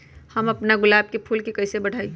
हम अपना गुलाब के फूल के कईसे बढ़ाई?